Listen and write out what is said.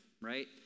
right